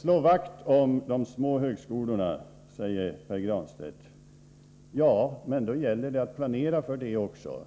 Slå vakt om de små högskolorna, säger Pär Granstedt. Ja, men då gäller det att planera för det också